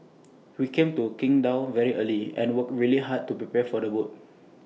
we came to Qingdao very early and worked really hard to prepare the boat